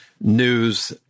news